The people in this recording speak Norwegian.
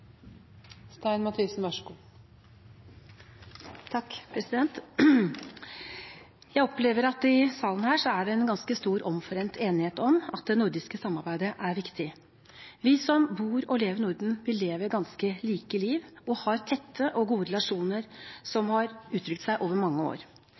en ganske stor omforent enighet om at det nordiske samarbeidet er viktig. Vi som bor og lever i Norden, lever et ganske likt liv og har tette og gode relasjoner som har utviklet seg over mange år.